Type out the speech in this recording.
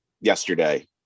yesterday